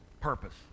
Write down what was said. purpose